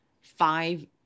five